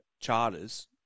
charters